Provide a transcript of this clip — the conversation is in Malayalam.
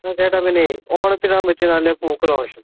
ആ ചേട്ടാ പിന്നേ ഓണത്തിനിടാൻ പറ്റിയ നല്ല പൂക്കൾ ആവശ്യമുണ്ട്